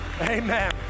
Amen